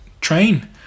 train